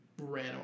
ran